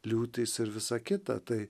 liūtys ir visa kita tai